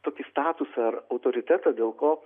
tokį statusą ar autoritetą dėl ko